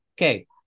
okay